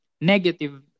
negative